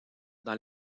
dans